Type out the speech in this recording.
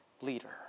leader